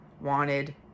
wanted